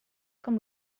com